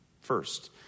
first